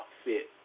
outfit